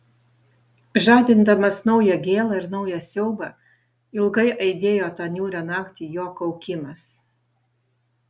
žadindamas naują gėlą ir naują siaubą ilgai aidėjo tą niūrią naktį jo kaukimas